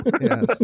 Yes